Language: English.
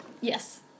yes